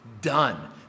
done